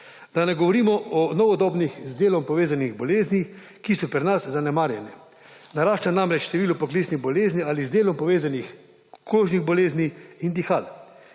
Da ne govorimo o novodobnih, z delom povezanih boleznih, ki so pri nas zanemarjene. Narašča namreč število poklicnih bolezni ali z delom povezanih kožnih bolezni in